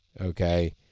Okay